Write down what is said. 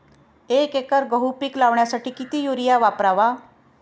एक एकर गहू पीक लावण्यासाठी किती युरिया वापरावा?